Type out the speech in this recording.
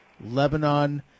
Lebanon